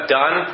done